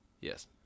Yes